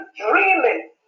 dreaming